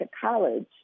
college